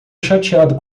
chateado